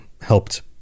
helped